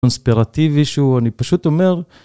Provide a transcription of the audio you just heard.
קונספירטיבי שהוא, אני פשוט אומר.